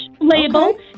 label